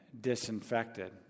disinfected